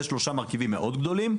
אלה שלושה מרכיבים מאוד גדולים,